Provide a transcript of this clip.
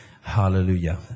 Hallelujah